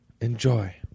Enjoy